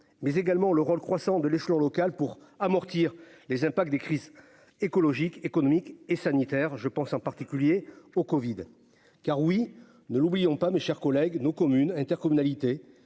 mais également le rôle croissant de l'échelon local pour amortir les impacts des crises : écologique, économique et sanitaire, je pense en particulier au Covid car oui, ne l'oublions pas, mes chers collègues, nos communes, intercommunalités,